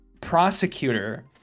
prosecutor